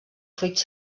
fruits